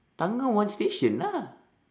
thanggam one station lah